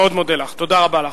אני מאוד מודה לך, תודה רבה לך.